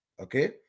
okay